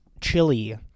chili